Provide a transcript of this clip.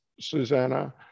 Susanna